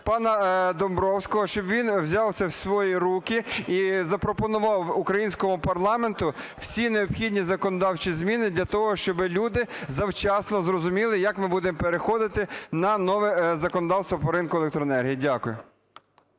пана Домбровського, щоб він взяв це в свої руки і запропонував українському парламенту всі необхідні законодавчі зміни для того, щоби люди завчасно зрозуміли як ми будемо переходити на нове законодавство по ринку електроенергії. Дякую.